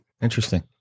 Interesting